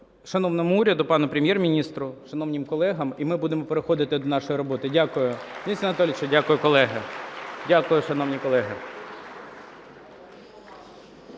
шановному уряду, пану Прем'єр-міністру, шановним колегам, і ми будемо переходити до нашої роботи. Дякую, Денис Анатолійович, дякую, колеги.